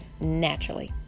naturally